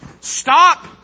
Stop